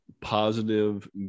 positive